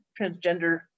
transgender